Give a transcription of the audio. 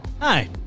Hi